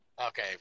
Okay